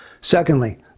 Secondly